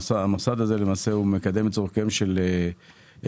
המוסד הזה למעשה מקדם את צורכיהם של ילדים